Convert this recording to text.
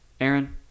Aaron